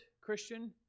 Christian